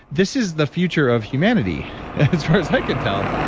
this is the future of humanity. as far as i can tell,